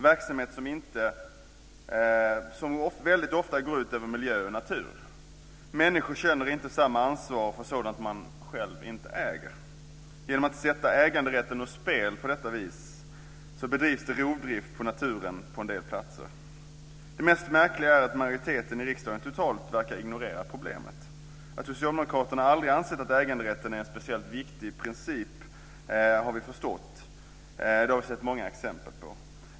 Det är verksamheter som ofta går ut över miljö och natur. Människor känner inte samma ansvar för sådant de själva inte äger. Genom att sätta äganderätten ur spel på detta vis bedrivs det rovdrift på naturen på en del platser. Det mest märkliga är att majoriteten i riksdagen totalt ignorerar problemet. Att Socialdemokraterna aldrig har ansett att äganderätten är en speciellt viktig princip har vi förstått. Det har vi sett många exempel på.